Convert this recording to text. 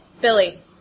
Billy